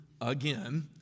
again